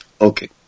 Okay